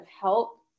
help